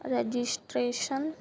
registration